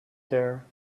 there